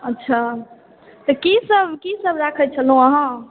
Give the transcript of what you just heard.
अच्छा तऽ की सब की सब राखै छलहुॅं अहाँ